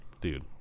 dude